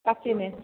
ପାଚିନି